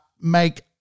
make